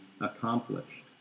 accomplished